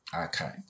okay